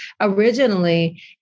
originally